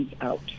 out